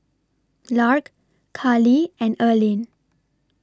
Lark Carlie and Erline